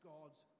God's